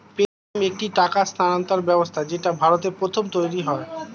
Paytm একটি টাকা স্থানান্তর ব্যবস্থা যেটা ভারতে প্রথম তৈরী হয়